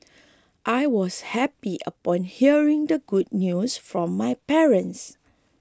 I was happy upon hearing the good news from my parents